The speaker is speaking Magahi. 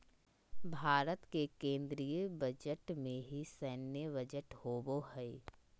भारत के केन्द्रीय बजट में ही सैन्य बजट होबो हइ